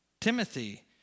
Timothy